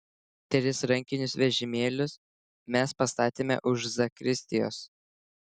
tris rankinius vežimėlius mes pastatėme už zakristijos